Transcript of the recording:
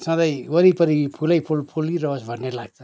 सधै वरिपरि फुलै फुल फुलि रहोस भन्ने लाग्छ